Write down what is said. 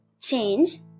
change